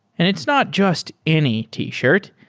and it's not just any t-shirt.